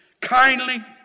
kindly